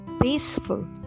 peaceful